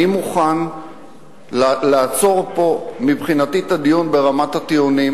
אני מוכן לעצור פה את הדיון ברמת הטיעונים.